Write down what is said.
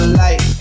light